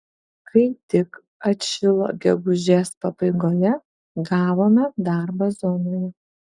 kai tik atšilo gegužės pabaigoje gavome darbą zonoje